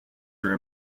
for